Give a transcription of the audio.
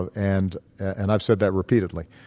ah and and i've said that repeatedly.